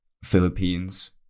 philippines